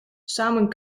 samen